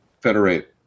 federate